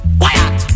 quiet